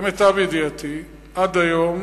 למיטב ידיעתי עד היום